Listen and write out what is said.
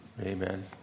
amen